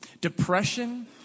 Depression